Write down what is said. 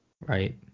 Right